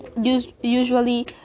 usually